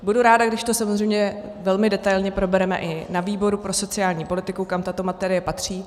Budu ráda, když to samozřejmě velmi detailně probereme i na výboru pro sociální politiku, kam tato materie patří.